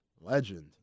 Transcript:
Legend